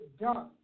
done